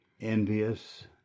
envious